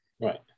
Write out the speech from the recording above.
right